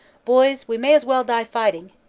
boys, we may as well die fighting.